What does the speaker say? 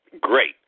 Great